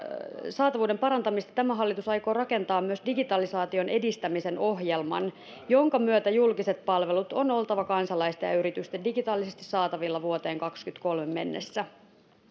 saatavuuden parantamista tämä hallitus aikoo rakentaa myös digitalisaation edistämisen ohjelman jonka myötä julkisten palveluiden on oltava kansalaisten ja yritysten digitaalisesti saatavilla vuoteen kahdessakymmenessäkolmessa mennessä